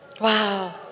Wow